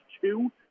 two